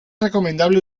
recomendable